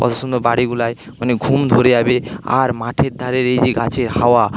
কত সুন্দর বাড়িগুলোয় মানে ঘুম ধরে যাবে আর মাঠের ধারের এই যে গাছের হাওয়া